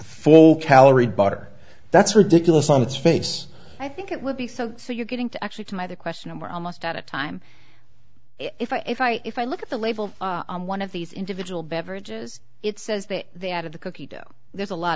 full calorie butter that's ridiculous on its face i think it would be so so you're getting to actually to my the question we're almost out of time if i if i if i look at the label on one of these individual beverages it says that the out of the cookie dough there's a lot